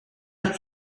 are